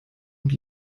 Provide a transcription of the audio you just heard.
und